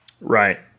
Right